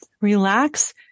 relax